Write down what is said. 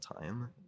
time